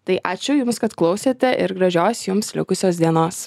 tai ačiū jums kad klausėte ir gražios jums likusios dienos